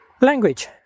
Language